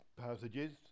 passages